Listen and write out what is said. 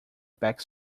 back